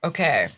Okay